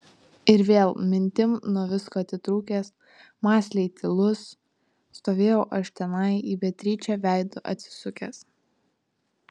ir vėl mintim nuo visko atitrūkęs mąsliai tylus stovėjau aš tenai į beatričę veidu atsisukęs